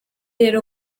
rero